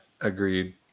agreed